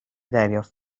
دریافت